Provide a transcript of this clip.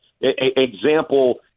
Example